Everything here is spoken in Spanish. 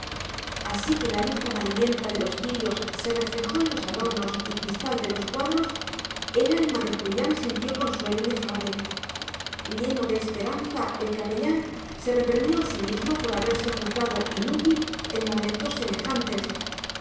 así que la luz amarillenta de los cirios se reflejó en los adornos y cristal de los cuadros el alma de julián sintió consuelo inefable lleno de esperanza el capellán se reprendió a sí mismo por haberse juzgado inútil en momentos semejantes